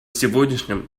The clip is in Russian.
сегодняшнем